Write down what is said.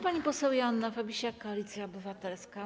Pani poseł Joanna Fabisiak, Koalicja Obywatelska.